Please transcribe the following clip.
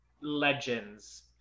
legends